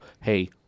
hey